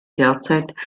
derzeit